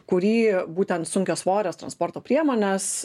kurį būtent sunkiasvorės transporto priemonės